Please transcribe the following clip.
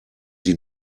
sie